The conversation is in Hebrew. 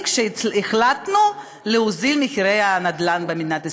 כשהחלטנו להוזיל את הנדל"ן במדינת ישראל.